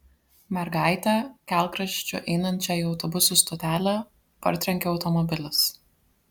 mergaitę kelkraščiu einančią į autobusų stotelę partrenkė automobilis